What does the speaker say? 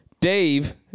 dave